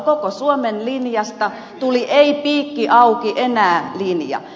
koko suomen linjasta tuli ei piikki auki enää linja